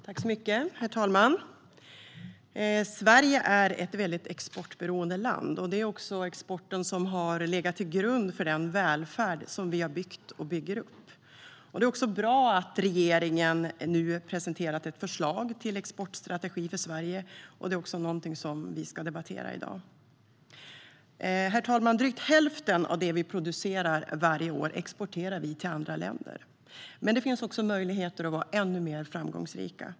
Herr talman! Sverige är ett väldigt exportberoende land. Det är också exporten som har legat till grund för den välfärd som vi byggt och bygger upp. Det är bra att regeringen nu presenterat ett förslag till exportstrategi för Sverige. Det är också någonting som vi ska debattera i dag. Herr talman! Drygt hälften av det vi producerar varje år exporterar vi till andra länder. Men det finns också möjligheter att vara ännu mer framgångsrika.